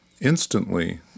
instantly